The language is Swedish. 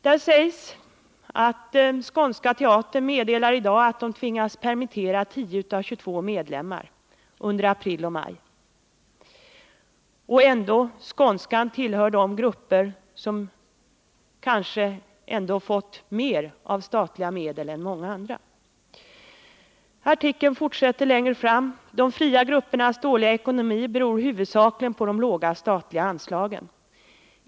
Där skrivs: ”Skånska teatern meddelar i dag att de tvingas permittera 10 av 22 medlemmar under april och maj.” Skånska teatern har kanske ändå fått mer statliga medel än många andra. Längre fram i artikeln står det bl.a. följande: ”De fria gruppernas dåliga ekonomi beror huvudsakligen på de låga statliga anslagen.